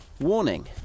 warning